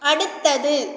அடுத்தது